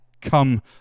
Come